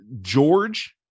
George